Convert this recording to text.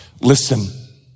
Listen